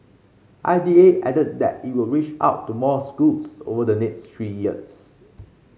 I D A added that it will reach out to more schools over the next three years